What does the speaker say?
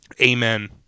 Amen